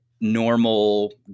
normal